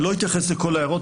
אני לא אתייחס לכל ההערות,